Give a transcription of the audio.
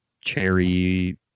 cherry